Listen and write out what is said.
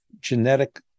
genetic